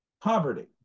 poverty